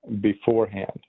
beforehand